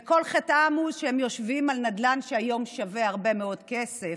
וכל חטאם הוא שהם יושבים על נדל"ן שהיום שווה הרבה מאוד כסף.